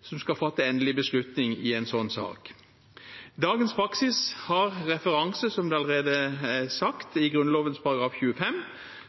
som skal fatte endelig beslutning i en sånn sak. Dagens praksis har referanse, som det allerede er sagt, i Grunnloven § 25,